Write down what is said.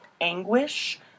anguish